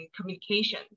communication